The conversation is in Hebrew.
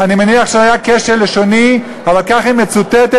אני מניח שזה היה כשל לשוני, אבל כך היא מצוטטת.